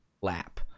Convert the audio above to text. lap